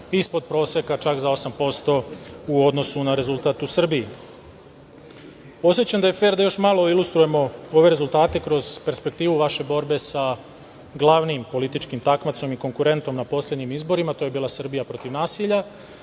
ispod proseka čak za 8% u odnosu na rezultat u Srbiji. Osećam da je fer da još malo ilustrujemo ove rezultate kroz perspektivu vaše borbe sa glavnim političkim takmacom i konkurentnom na poslednjim izborima, a to je bila Srbija protiv nasilja,